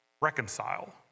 reconcile